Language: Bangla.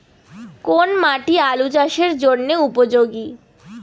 কোন মাটি আলু চাষের জন্যে উপযোগী?